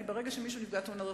כי ברגע שמישהו נפגע תאונת דרכים,